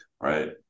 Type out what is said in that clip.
right